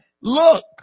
Look